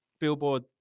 Billboard